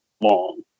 long